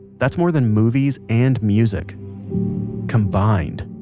that's more than movies and music combined